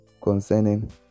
concerning